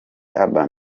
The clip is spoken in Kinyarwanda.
urban